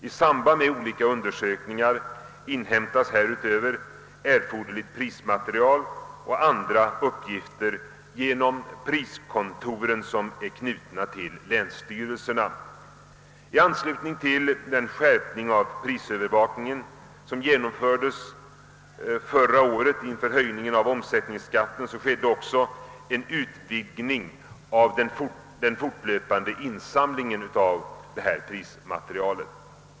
I samband med olika undersökningar inhämtas härutöver erforderligt prismaterial och andra uppgifter genom priskontoren vid länsstyrelserna. I anslutning till den skärpning av prisövervakningen som genomfördes förra året inför höjningen av omsättningsskatten skedde också en utvidgning av den fortlöpande insamlingen av detta prismaterial.